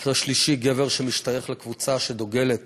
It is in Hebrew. מקרה שלישי, גבר שמשתייך לקבוצה שדוגלת